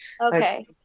Okay